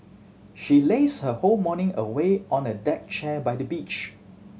she lazed her whole morning away on a deck chair by the beach